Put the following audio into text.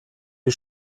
die